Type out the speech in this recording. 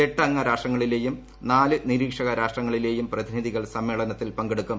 എട്ട് അംഗ രാഷ്ട്രങ്ങളിലെയും നാല് നിരീക്ഷക ര്യൂഷ്ട്രങ്ങളിലെയും പ്രതിനിധികൾ സമ്മേളനത്തിൽ പങ്കെടുക്കും